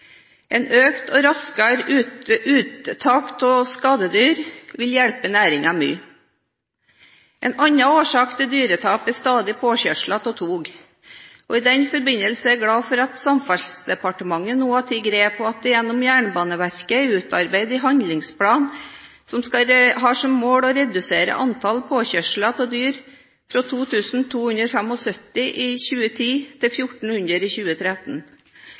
økt og raskere uttak av skadedyr vil hjelpe næringen mye. En annen årsak til dyretap er stadige påkjørsler av tog. I den forbindelse er jeg glad for at Samferdselsdepartementet nå har tatt grep, og at en gjennom Jernbaneverket har utarbeidet en handlingsplan som har som mål å redusere antall påkjørsler av dyr fra 2 292 i 2010 til 1 400 i 2013.